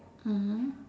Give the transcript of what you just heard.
mmhmm